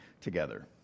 together